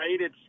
right